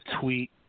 tweet